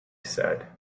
said